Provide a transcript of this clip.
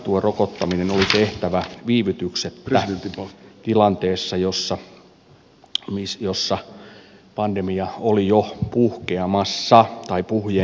tuo rokottaminen oli tehtävä viivytyksettä tilanteessa jossa pandemia oli jo puhkeamassa tai puhjennut